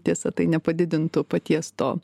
tiesa tai nepadidintų paties to